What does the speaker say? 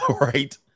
right